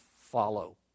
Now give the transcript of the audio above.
follow